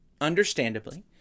understandably